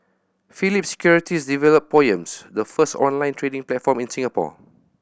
Phillip Securities developed Poems the first online trading platform in Singapore